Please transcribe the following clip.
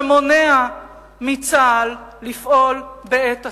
שמונע מצה"ל לפעול בעת הצורך,